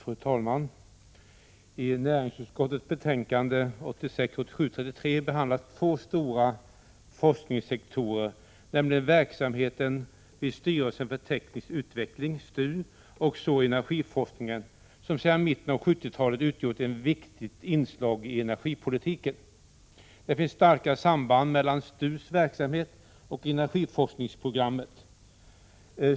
Fru talman! I näringsutskottets betänkande 1986/87:33 behandlas två stora forskningssektorer, nämligen verksamheten vid styrelsen för teknisk utveckling, STU, och energiforskningen, som sedan i mitten av 70-talet utgjort ett viktigt inslag i energipolitiken. Det finns starka samband mellan STU:s verksamhet och energiforskningsprogrammet.